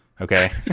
Okay